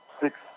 six